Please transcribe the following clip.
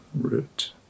root